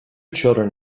children